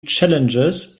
challenges